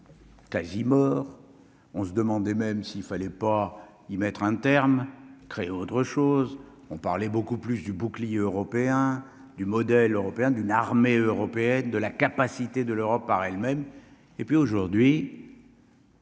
quasi mort on se demandait même s'il fallait pas y mettre un terme créer autre chose, on parlait beaucoup plus du Bouclier européen du modèle européen d'une armée européenne, de la capacité de l'Europe par elle-même et puis aujourd'hui.